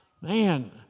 Man